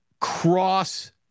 cross